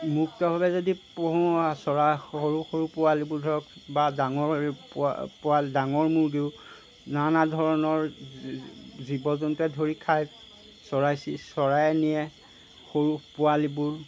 মুক্তভাৱে যদি পুহোঁ চৰাই সৰু সৰু পোৱালিবোৰ ধৰক বা ডাঙৰ পোৱালি বা ডাঙৰ মুৰ্গীও নানা ধৰণৰ জীৱ জন্তুৱে ধৰি খায় চৰাই চি চৰায়ে নিয়ে সৰু পোৱালিবোৰ